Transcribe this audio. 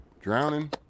drowning